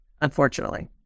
unfortunately